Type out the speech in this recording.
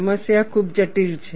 સમસ્યા ખૂબ જટિલ છે